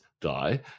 die